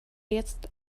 jetzt